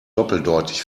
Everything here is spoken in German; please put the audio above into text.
doppeldeutig